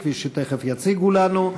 כפי שתכף יציגו לנו.